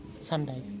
Sunday